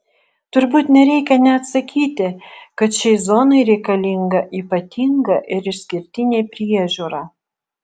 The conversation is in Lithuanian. turbūt nereikia net sakyti kad šiai zonai reikalinga ypatinga ir išskirtinė priežiūra